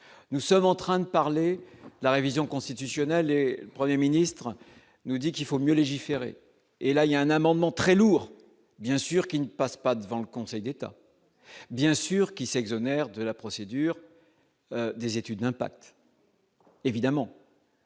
nous sommes en train de parler, la révision constitutionnelle, le 1er ministre nous dit qu'il faut mieux légiférer et là il y a un amendement très lourds, bien sûr, qui ne passe pas devant le Conseil d'État, bien sûr, qui s'exonère de la procédure des études d'impact. évidemment.